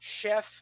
Chef